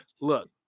look